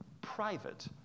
private